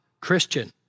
Christian